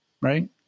right